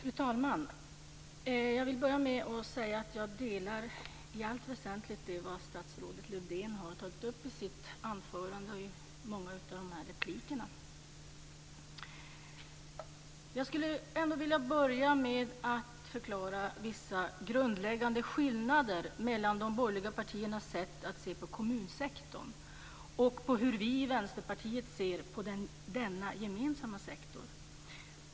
Fru talman! I allt väsentligt instämmer jag i det som statsrådet Lövdén tagit upp i sitt anförande och i många av sina repliker. Jag skulle ändå vilja börja med att förklara vissa grundläggande skillnader mellan de borgerliga partiernas sätt att se på kommunsektorn och hur vi i Vänsterpartiet ser på denna gemensamma sektor.